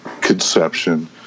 conception